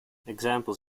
examples